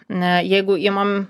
ne jeigu imam